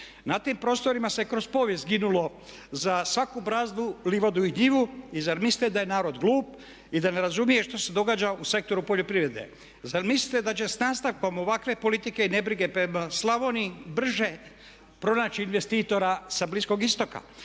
Na tim prostorima se kroz povijest ginulo za svaku brazdu, livadu i njivu i zar mislite da je narod glup i da ne razumije što se događa u sektoru poljoprivrede? Zar mislite da će s nastavkom ovakve politike i nebrige prema Slavoniji brže pronaći investitora sa Bliskog istoka?